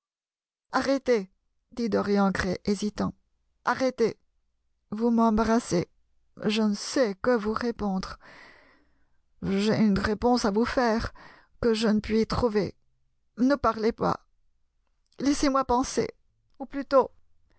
arrêtez dit dorian gray hésitant arrêtez vous m'embarrassez je ne sais que vous répondre j'ai une réponse à vous faire que je ne puis trouver ne parlez pas laissez-moi penser ou plutôt